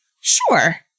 Sure